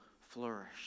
flourish